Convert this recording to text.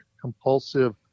compulsive